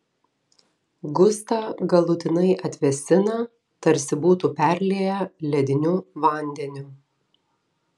gustą galutinai atvėsina tarsi būtų perlieję lediniu vandeniu